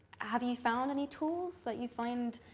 have you found any tools that you find?